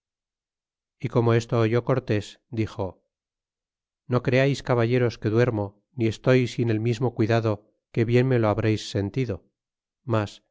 y como esto oyó cortés dixo no creais caballeros que duermo ni estoy sin el mismo cuidado que bien me lo habreis sentido z mas